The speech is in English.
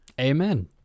Amen